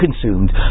consumed